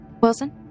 Wilson